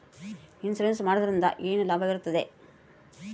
Insurance ಮಾಡೋದ್ರಿಂದ ಏನು ಲಾಭವಿರುತ್ತದೆ?